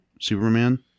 Superman